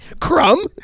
Crumb